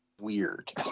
weird